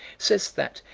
says that,